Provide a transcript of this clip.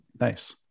Nice